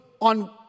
on